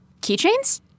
keychains